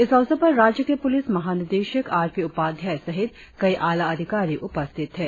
इस अवसर पर राज्य के पुलिस महानिदेशक आर पी उपाध्याय सहित कई आला अधिकारी उपस्थित थे